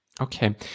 Okay